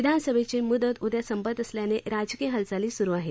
विधानसभेची म्दत उद्या संपत असल्यानं राजकीय हालचाली सुरु आहेत